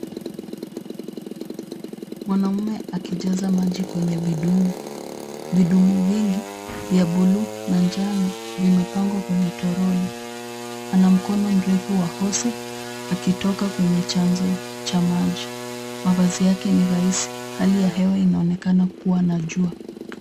Mwanaume akijaza maji kwenye vidumu. Vidumu vingi vya bluu na njano vimepangwa kwenye toroli. Ana mkono mrefu wa hose pipe akitoka kwenye chanzo cha maji. Mavazi yake ni rahisi. Hali ya hewa inaonekana kuwa na jua.